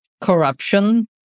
corruption